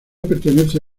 pertenece